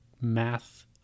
math